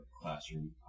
classroom